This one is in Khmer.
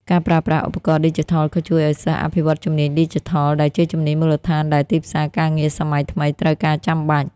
ការប្រើប្រាស់ឧបករណ៍ឌីជីថលក៏ជួយឱ្យសិស្ស អភិវឌ្ឍជំនាញឌីជីថល ដែលជាជំនាញមូលដ្ឋានដែលទីផ្សារការងារសម័យថ្មីត្រូវការចាំបាច់។